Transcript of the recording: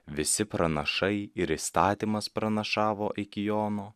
visi pranašai ir įstatymas pranašavo iki jono